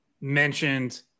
mentioned